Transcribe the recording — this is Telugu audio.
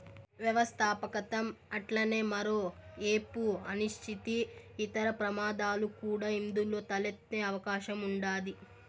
వ్యవస్థాపకతం అట్లనే మరో ఏపు అనిశ్చితి, ఇతర ప్రమాదాలు కూడా ఇందులో తలెత్తే అవకాశం ఉండాది